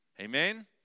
Amen